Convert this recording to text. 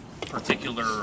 particular